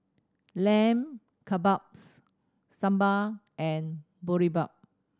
Lamb Kebabs Sambar and Boribap